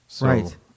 Right